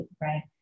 right